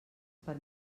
per